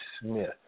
Smith